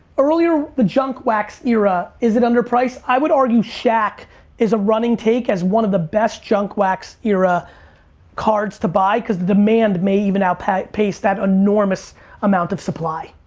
earlier the junk wax era, is it underpriced? i would argue shaq is a running take as one of the best junk wax era cards to buy cause the demand may even outpace outpace that enormous amount of supply.